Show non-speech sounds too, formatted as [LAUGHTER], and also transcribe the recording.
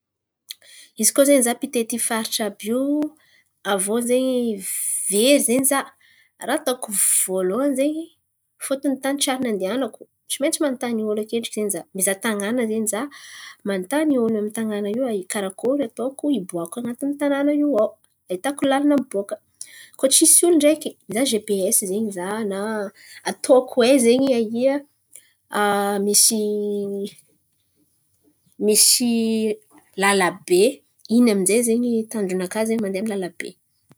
Izy koa zen̈y za mpitety faritry àby io, aviô zen̈y very zen̈y za, raha ataoko voalohany zen̈y fôtony tany tsiary nandihanako, tsy maintsy manontany olo akendriky zen̈y za mizaha tan̈àna zen̈y za. Manontany olo amy tan̈àna io ai- karakôry ataoko hiboako an̈atiny tan̈àna io ao ahitako lalan̈a miboaka. Koa tsisy olo ndraiky, mizaha GPS zen̈y za na ataoko hay zen̈y aia [HESITATION] misy- misy lalabe. Iny aminjay zen̈y mitondra anakà mandeha amy lalabe.